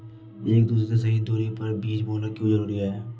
एक दूसरे से सही दूरी पर बीज बोना क्यों जरूरी है?